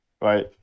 right